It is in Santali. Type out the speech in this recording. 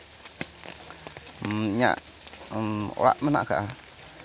ᱤᱧᱟᱹᱜ ᱚᱲᱟᱜ ᱢᱮᱱᱟᱜ ᱟᱠᱟᱫᱼᱟ